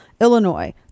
Illinois